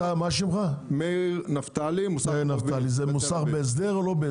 זה מוסך בהסדר או לא בהסדר?